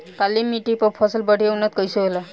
काली मिट्टी पर फसल बढ़िया उन्नत कैसे होला?